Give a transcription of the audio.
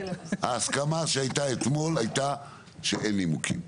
ההסכמה שהייתה אתמול הייתה שאין נימוקים,